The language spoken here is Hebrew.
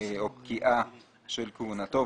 או פקיעה של כהונתו,